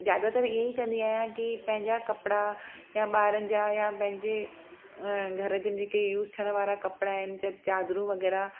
ज्यादातर ईअं ई कंदी आहियां की पंहिंजा कपिड़ा यां ॿारनि जा यां पंहिंजे घर जे जेके यूस थियण वारा कपिड़ा आहिनि च चादरूं वग़ैरह